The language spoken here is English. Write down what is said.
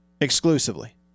exclusively